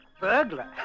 Burglar